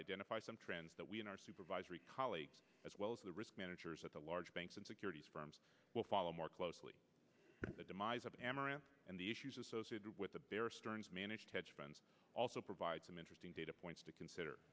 identify some trends that we in our supervisory colleagues as well as the risk managers at the large banks and securities firms will follow more closely the demise of amaranth and the issues associated with the bear stearns managed hedge funds also provide some interesting data points to consider